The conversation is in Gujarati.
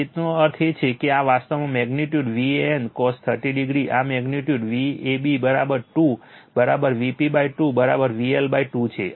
તેનો અર્થ એ છે કે આ વાસ્તવમાં magnitude Van cos 30o magnitude Vab2 Vp 2 VL 2 છે